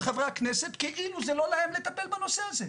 חברי הכנסת כאילו זה לא להם לטפל בנושא הזה.